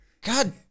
God